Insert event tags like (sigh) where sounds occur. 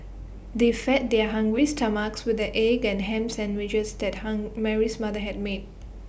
they fed their hungry stomachs with the egg and Ham Sandwiches that (unintelligible) Mary's mother had made